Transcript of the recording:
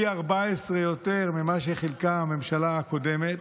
פי 14 יותר ממה שחילקה הממשלה הקודמת,